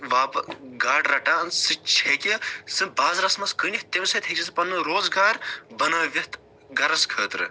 واپہٕ گاڈٕ رَٹان سُہ ہیٚکہِ سُہ بازرَس منٛز کٕنِتھ تَمہِ سۭتۍ ہیٚکہِ سُہ پَنُن روزگار بنٲوِتھ گھرَس خٲطرٕ